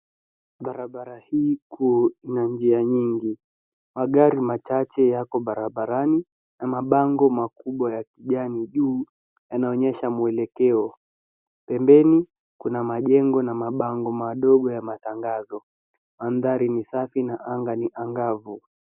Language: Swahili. Barabara hii kuu ina njia nyingi. Magari machache yako barabarani na mabango makubwa ya kijani juu yanaonyesha mwelekeo. Pembeni kuna majengo na mabango madogo ya matangazo. Mandhari ni safi na anga ni angavu.